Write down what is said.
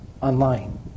online